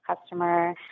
customer